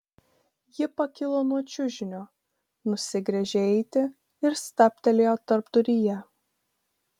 ji pakilo nuo čiužinio nusigręžė eiti ir stabtelėjo tarpduryje